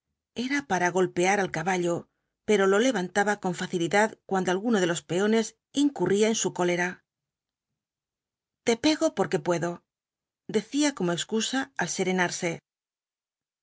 era para golpear al caballo pero lo levantaba con facilidad cuando alguno de los peones incurría en su cólera te pego porque puedo decía como excusa al serenarse